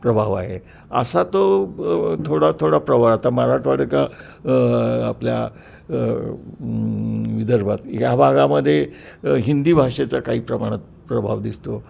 प्रभाव आहे असा तो ब थोडा थोडा प्रभाव आता मराठवाडा का आपल्या विदर्भात या भागामध्ये हिंदी भाषेचा काही प्रमाणात प्रभाव दिसतो